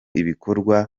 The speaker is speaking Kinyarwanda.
ibikorwa